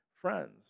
friends